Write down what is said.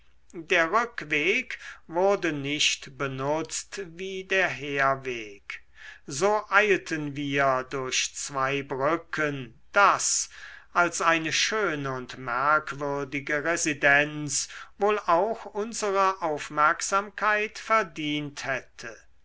der rückweg wurde nicht benutzt wie der herweg so eilten wir durch zweibrücken das als eine schöne und merkwürdige residenz wohl auch unsere aufmerksamkeit verdient hätte